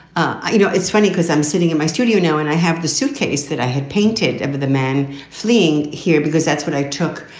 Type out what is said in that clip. you know, it's funny because i'm sitting in my studio now and i have the suitcase that i had painted of the man fleeing here, because that's what i took.